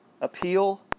Appeal